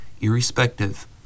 irrespective